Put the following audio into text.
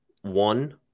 One